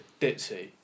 ditzy